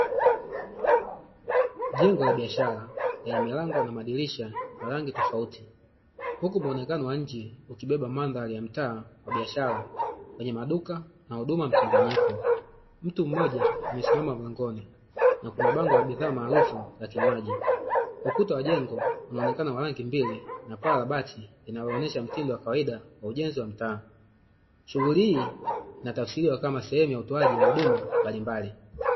Jengo la biashara lenye milango na madirisha ya rangi tofauti, huku muonekano wa nje ukibeba mandhari ya mtaa wa biashara wenye maduka na huduma mchanganyiko. Mtu mmoja amesimama mlangoni na kuna bango la bidhaa maarufu la kinywaji, ukuta wa jengo unaonekana wa rangi mbili na paa la bati linaloonyesha mtindo wa kawaida wa ujenzi wa mtaa, shughuli hii inatafsiriwa kama sehemu ya utoaji wa huduma mbalimbali.